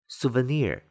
Souvenir